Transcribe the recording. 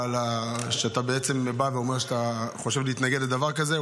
אתה בעצם בא ואומר שאתה חושב להתנגד לדבר כזה,